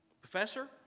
Professor